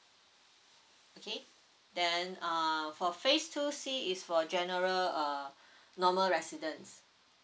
okay then um for phase two C is for general uh normal residence